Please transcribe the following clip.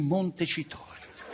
Montecitorio